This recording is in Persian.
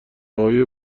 های